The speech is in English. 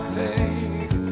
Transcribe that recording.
take